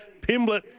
Pimblett